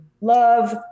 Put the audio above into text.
love